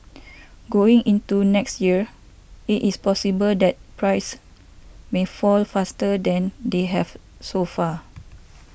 going into next year it is possible that prices may fall faster than they have so far